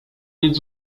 nic